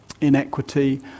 inequity